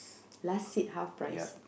last seat half price